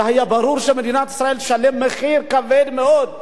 זה היה ברור שמדינת ישראל תשלם מחיר כבד מאוד,